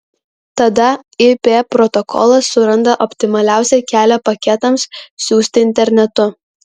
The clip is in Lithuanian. tada ip protokolas suranda optimaliausią kelią paketams siųsti internetu